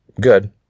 Good